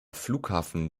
flughafen